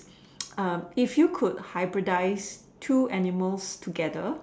uh if you could hybridise two animals together